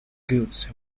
goods